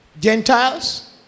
Gentiles